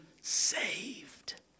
saved